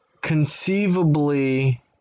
Conceivably